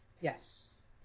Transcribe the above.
Yes